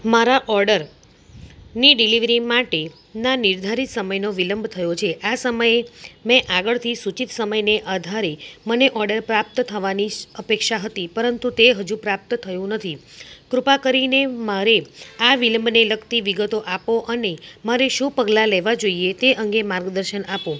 મારા ઓર્ડરની ડિલિવરી માટેના નિર્ધારીત સમયનો વિલંબ થયો છે આ સમયે મેં આગળથી સૂચિત સમયને આધારે મને ઓર્ડર પ્રાપ્ત થવાની અપેક્ષા હતી પરંતુ તે હજુ પ્રાપ્ત થયું નથી કૃપા કરીને મારે આ વિલંબને લગતી વિગતો આપો અને મારે શું પગલાં લેવા જોઈએ તે અંગે માર્ગદર્શન આપો